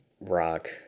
rock